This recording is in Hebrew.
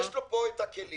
יש לו פה את הכלים